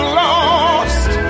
lost